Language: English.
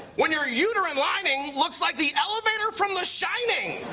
when your uterine lining looks like the elevator from the shining.